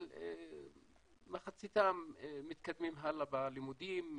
אבל מחציתם מתקדמים הלאה בלימודים,